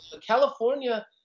California